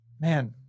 man